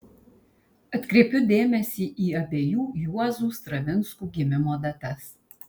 atkreipiu dėmesį į abiejų juozų stravinskų gimimo datas